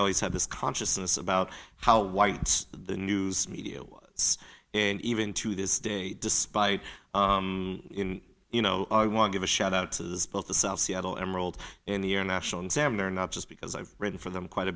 always had this consciousness about how whites the news media and even to this day despite you know i want to give a shout out to both the south seattle emerald and the national examiner not just because i've written for them quite a